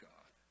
God